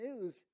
news